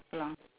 brown